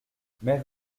mère